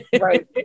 Right